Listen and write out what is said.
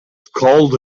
called